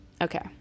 Okay